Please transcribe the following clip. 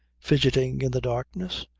fidgeting in the darkness,